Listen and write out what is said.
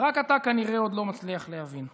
ורק אתה כנראה עוד לא מצליח להבין.